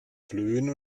flöhen